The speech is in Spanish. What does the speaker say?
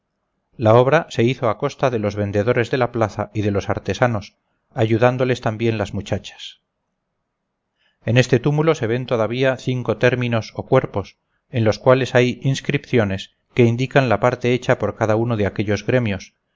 la obra se hizo a costa de los vendedores de la plaza y de los artesanos ayudándoles también las muchachas en este túmulo se ven todavía cinco términos o cuerpos en los cuales hay inscripciones que indican la parte hecha por cada uno de aquellos gremios